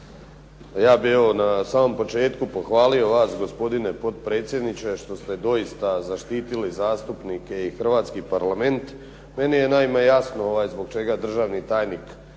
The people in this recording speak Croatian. Ja bih evo na samom početku pohvalio vas gospodine potpredsjedniče što ste doista zaštitili zastupnike i hrvatski Parlament. Meni je naime jasno zbog čega državni tajnik